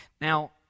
Now